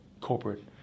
corporate